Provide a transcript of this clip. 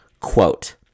quote